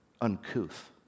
uncouth